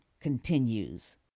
continues